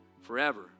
forever